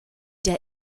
der